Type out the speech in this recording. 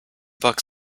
bucks